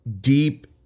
deep